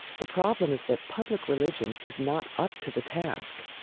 the problem is that public religion is not up to the task.